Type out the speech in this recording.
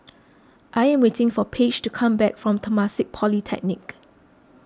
I am waiting for Paige to come back from Temasek Polytechnic